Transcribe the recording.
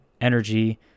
energy